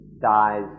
dies